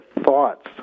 thoughts